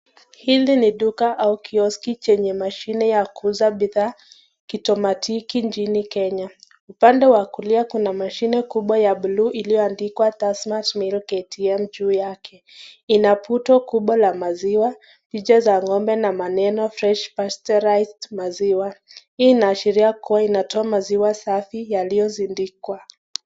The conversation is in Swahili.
Hili ni duka au kioski chenye mashine ya kuuza bidhaa kitomatiki nchini Kenya. Upande wa kulia kuna mashine kubwa ya buluu ilioandikwa Tasmart Milk ATM juu yake. Ina puto kubwa la maziwa , picha za ngombe na maneno Fresh Pasteurized maziwa. Hii inaashiria kuwa inatoa maziwa safi yaliyozindikwa.